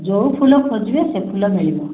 ଯେଉଁ ଫୁଲ ଖୋଜିବେ ସେ ଫୁଲ ମିଳିବ